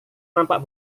nampak